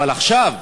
אבל עכשיו,